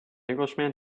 englishman